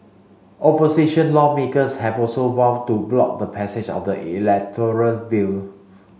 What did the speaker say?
opposition lawmakers have also vowed to block the passage of the electoral bill